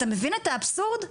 אתה מבין את האבסורד?